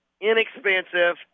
inexpensive